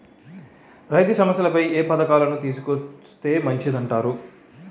రైతు సమస్యలపై ఏ పథకాలను తీసుకొస్తే మంచిదంటారు?